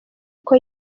uko